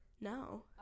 no